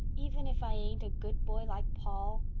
even if i ain't a good boy like paul?